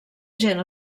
gent